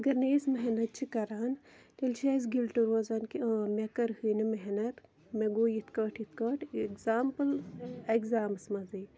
اگر نے أسۍ محنت چھِ کَران تیٚلہِ چھِ اَسہِ گِلٹہٕ روزان کہِ مےٚ کٔرہے نہٕ محنت مےٚ گوٚو یِتھٕ پٲٹھۍ یِتھٕ پٲٹھۍ ایٚکزامپُل ایکزامَس منٛزٕے